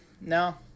No